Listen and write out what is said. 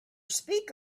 speak